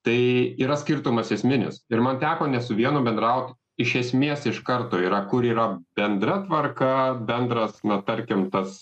tai yra skirtumas esminis ir man teko ne su vienu bendraut iš esmės iš karto yra kur yra bendra tvarka bendras na tarkim tas